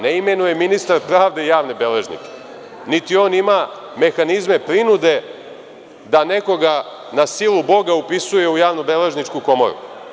Ne imenuje ministar pravde javne beležnike niti on ima mehanizme prinude da nekoga na silu boga upisuje u javnobeležničku komoru.